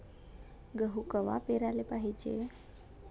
गहू कवा पेराले पायजे?